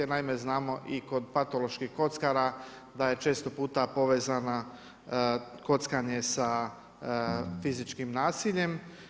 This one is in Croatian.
A naime znamo i kod patoloških kockara da je često puta povezana kockanje sa fizičkim nasiljem.